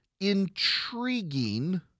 intriguing